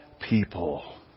people